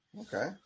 Okay